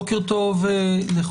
בוקר טוב לכולם.